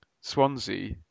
Swansea